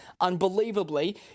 Unbelievably